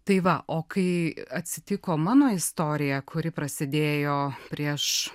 tai va o kai atsitiko mano istorija kuri prasidėjo prieš